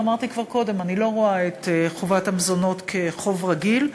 ואמרתי כבר קודם: אני לא רואה את חובת המזונות כחוב רגיל.